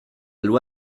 loi